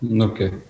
Okay